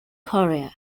korea